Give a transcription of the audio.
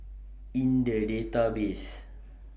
in The Database